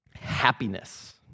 happiness